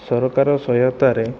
ସରକାର ସହାୟତାରେ